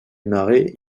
marées